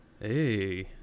Hey